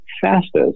fastest